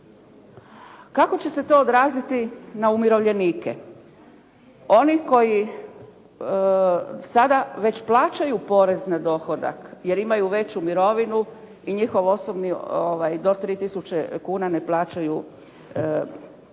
Kako će se to odraziti na umirovljenike? Oni koji sada već plaćaju porez na dohodak jer imaju veću mirovinu i njihov osobni do 3000 kuna ne plaćaju porez